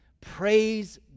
Praise